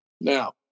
now